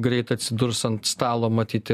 greit atsidurs ant stalo matyti